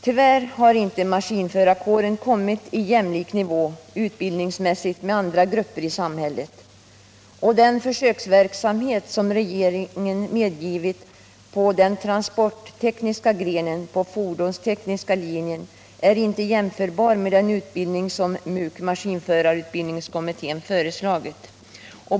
Tyvärr har inte maskinförarkåren kommit i jämlik nivå utbildningsmässigt med andra grupper i samhället. Den försöksverksamhet som regeringen medgivit inom den transporttekniska grenen på fordonstekniska linjen är inte jämförbar med den utbildning som MUK föreslagit.